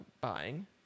buying